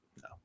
No